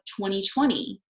2020